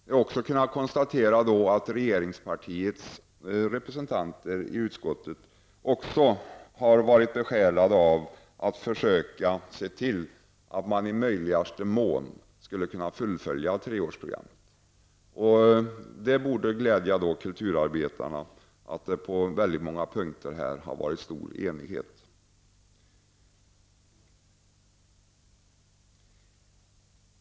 Vi har kunnat konstatera att också regeringspartiets representanter i utskottet har varit besjälade av att i möjligaste mån fullfölja treårsprogrammet. Det borde glädja kulturarbetarna att det på väldigt många punkter rått stor enighet.